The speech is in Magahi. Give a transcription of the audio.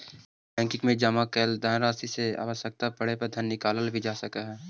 पब्लिक बैंकिंग में जमा कैल धनराशि से आवश्यकता पड़े पर धन निकालल भी जा सकऽ हइ